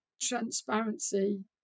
transparency